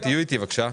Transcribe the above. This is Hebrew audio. תהיו איתי בבקשה.